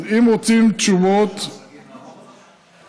בלשון סגי נהור?